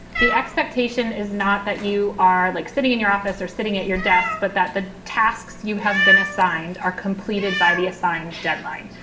the expectation is not that you are like sitting in your office or sitting at your desk, but that the tasks you have been assigned are completed by the assigned deadline.